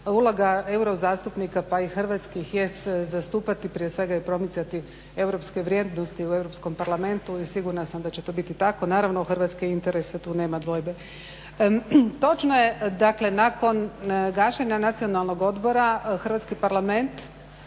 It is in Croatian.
uloga eurozastupnika pa i hrvatskih jest zastupati prije svega i promicati europske vrijednosti u Europskom parlamentu i sigurna sam da će to biti tako, naravno i hrvatske interese tu nema dvojbe. Točno je dakle nakon gašenja Nacionalnog odbora, Hrvatski parlament,